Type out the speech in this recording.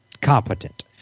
competent